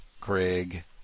Craig